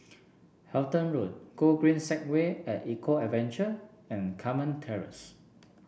Halton Road Gogreen Segway at Eco Adventure and Carmen Terrace